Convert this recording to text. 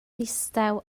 ddistaw